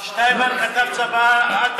שטיינמן כתב צוואה.